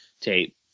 tape